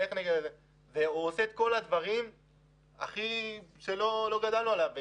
הוא עושה את כל הדברים שלא גדלנו עליהם.